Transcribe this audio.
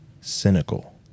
cynical